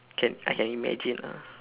can I can imagine lah